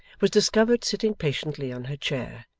was discovered sitting patiently on her chair,